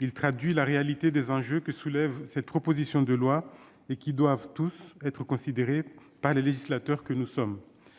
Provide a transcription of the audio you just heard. il traduit la réalité des enjeux que soulève cette proposition de loi et qui doivent, tous, être considérés par le législateur que nous sommes.